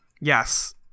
Yes